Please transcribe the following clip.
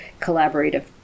collaborative